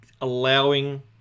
allowing